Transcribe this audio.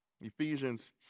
Ephesians